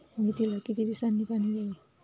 मेथीला किती दिवसांनी पाणी द्यावे?